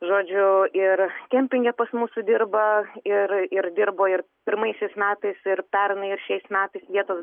žodžiu ir kempinge pas mūsų dirba ir ir dirbo ir pirmaisiais metais ir pernai ir šiais metais vietos